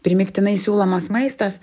primygtinai siūlomas maistas